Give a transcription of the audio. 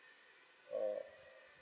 mm